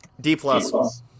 D-plus